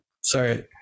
Sorry